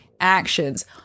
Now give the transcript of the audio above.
actions